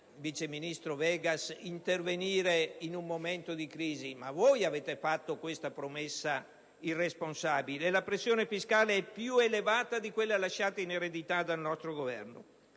vice ministro Vegas, intervenire in un momento di crisi, ma voi avete fatto questa promessa irresponsabile. La pressione fiscale è più elevata di quella lasciata in eredità dal nostro Governo,